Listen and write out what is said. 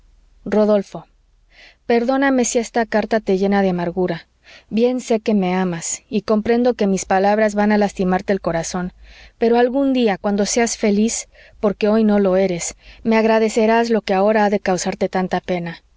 rodolfo perdóname si esta carta te llena de amargura bien sé que me amas y comprendo que mis palabras van a lastimarte el corazón pero algún día cuando seas feliz porque hoy no lo eres me agradecerás lo que ahora ha de causarte tanta pena